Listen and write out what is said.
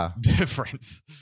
difference